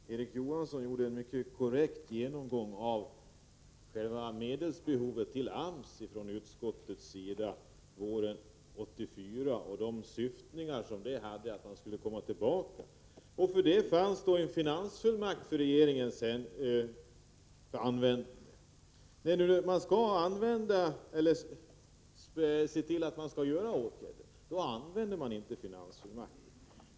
Herr talman! Erik Johansson gjorde en mycket korrekt genomgång från utskottets sida av AMS medelsbehov våren 1984 och angav att syftet var att AMS skulle komma tillbaka. För detta fanns en finansfullmakt för regeringen. När regeringen sedan skall vidta åtgärder använder man inte finansfullmakten.